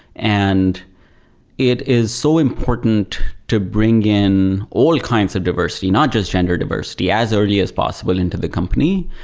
and it is so important to bring in all kinds of diversity, not just gender diversity, as early as possible into the company.